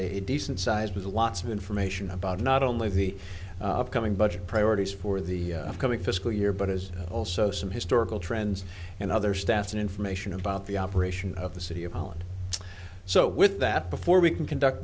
a decent sized with lots of information about not only the upcoming budget priorities for the coming fiscal year but as also some historical trends and other stats and information about the operation of the city of holland so with that before we can conduct